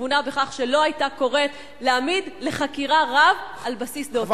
בתבונה בכך שלא היתה קוראת להעמיד לחקירה רב על בסיס דעותיו.